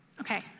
Okay